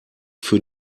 für